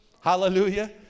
Hallelujah